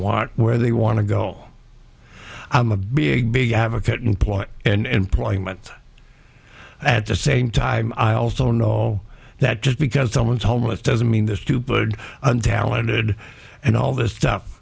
want where they want to go i'm a big big advocate in point and point at the same time i also know that just because someone's homeless doesn't mean they're stupid and talented and all this stuff